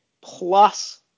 plus